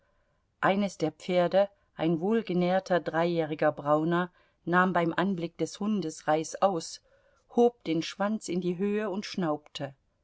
eines der pferde ein wohlgenährter dreijähriger brauner nahm beim anblick des hundes reißaus hob den schwanz in die höhe und schnaubte